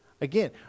Again